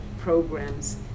programs